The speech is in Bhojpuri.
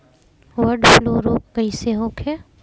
बर्ड फ्लू रोग कईसे होखे?